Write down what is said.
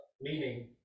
meaning